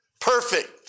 Perfect